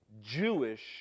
Jewish